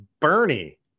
Bernie